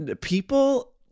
people